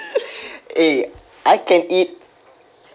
eh I can eat